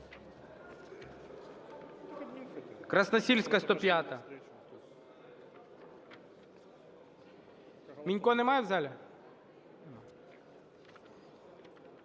Красносільська, 105-а. Мінька немає в залі?